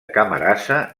camarasa